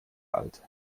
alt